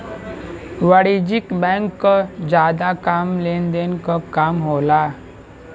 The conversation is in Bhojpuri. वाणिज्यिक बैंक क जादा काम लेन देन क काम होला